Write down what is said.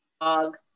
dog